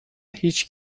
هیچ